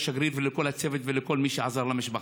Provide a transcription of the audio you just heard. לשגריר ולכל הצוות ולכל מי שעזר למשפחה.